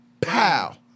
pow